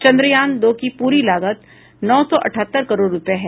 चन्द्रयान दो की पूरी लागत नौ सौ अठहत्तर करोड़ रूपये है